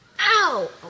Ow